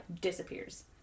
disappears